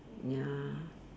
ya